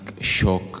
shock